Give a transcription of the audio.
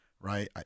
right